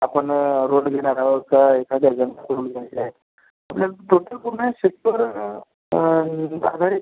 आपण रोड लिहिणार आहोत का एखाद्या जनतेकडून घ्यायचं आहे आपल्याला टोटल पूर्ण शेतकीवरून आधारित